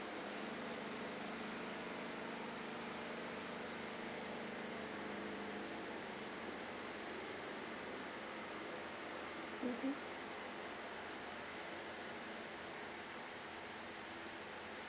mmhmm